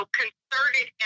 concerted